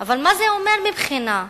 אבל מה זה אומר מבחינה מדינית,